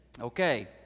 Okay